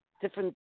different